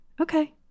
Okay